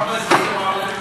זה גם לאזרחים הערבים,